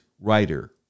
writer